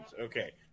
Okay